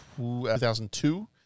2002